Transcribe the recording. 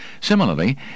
Similarly